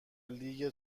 لیگ